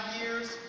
years